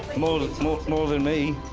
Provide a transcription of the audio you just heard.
more more than me.